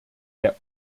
der